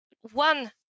one